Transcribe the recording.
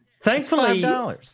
thankfully